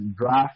draft